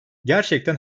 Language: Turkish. gerçekten